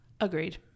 Agreed